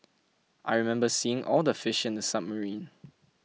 I remember seeing all the fish in the submarine